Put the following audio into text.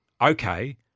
okay